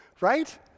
right